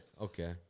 okay